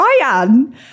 Ryan